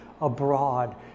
Abroad